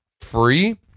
free